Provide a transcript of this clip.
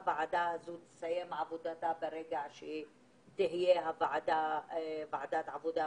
הוועדה הזאת תסיים את עבודתה ברגע שתהיה ועדת עבודה,